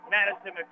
Madison